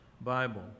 Bible